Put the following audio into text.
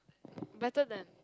better than